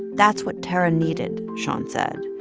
that's what tarra needed, shon said,